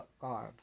garb